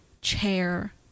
chair